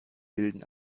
bilden